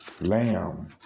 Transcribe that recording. lamb